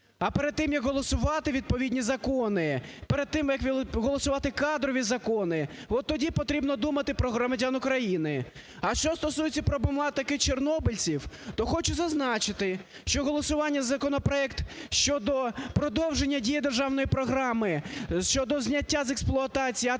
А перед тим, як голосувати відповідні закони, перед тим, як голосувати кадрові закони, от тоді потрібно думати про громадян України. А що стосується проблематики чорнобильців, то хочу зазначити, що голосування за законопроект щодо продовження дії Державної програми щодо зняття з експлуатації атомної